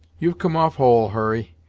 you've come off whole, hurry,